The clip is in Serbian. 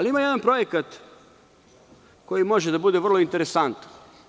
Ima jedan projekat koji može da bude vrlo interesantan.